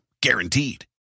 Guaranteed